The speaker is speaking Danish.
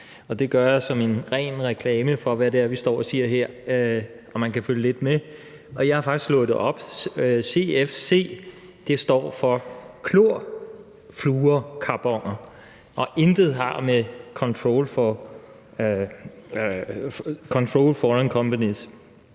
det gør jeg som en ren reklame for, hvad det er, vi står og siger her, og så man kan følge lidt med. Jeg har faktisk slået det op: Cfc står for klorfluorkarboner og har intet at gøre med controlled foreign companies.